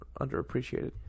underappreciated